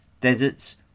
Deserts